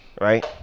Right